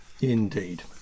indeed